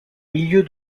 milieu